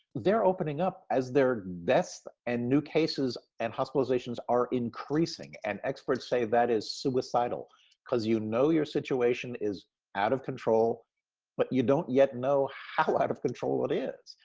they're opening up as their deaths and new cases and hospitalizations are increasing and experts say that is suicidal because you know your situation is out of control but you don't yet know how out of control it is.